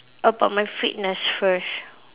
about my fitness first